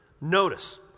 notice